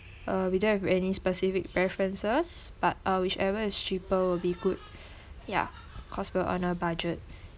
uh we don't have any specific preferences but uh whichever is cheaper will be good ya cause we are on a budget